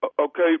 Okay